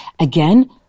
Again